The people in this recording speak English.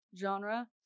genre